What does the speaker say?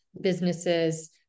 businesses